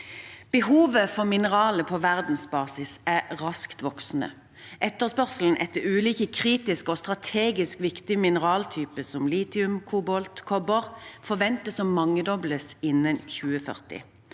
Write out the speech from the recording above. Behovet for mineraler på verdensbasis er raskt voksende. Etterspørselen etter ulike kritiske og strategisk viktige mineraltyper som litium, kobolt og kobber forventes å mangedobles innen 2040.